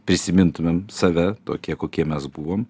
prisimintumėm save tokie kokie mes buvom